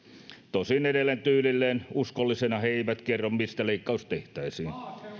tosin edelleen tyylilleen uskollisina he eivät kerro mistä leikkaus tehtäisiin